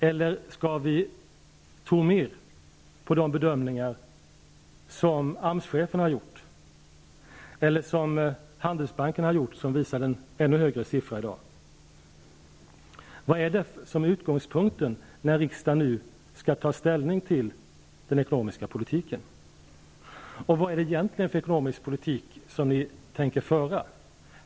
Eller skall vi tro mer på de bedömningar som AMS-chefen har gjort, eller på de bedömningar som Handelsbanken nu har gjort som visar en ännu högre siffra? Vilken är utgångspunkten när riksdagen nu skall ta ställning till den ekonomiska politiken. Vad är det för ekonomisk politik ni tänker föra?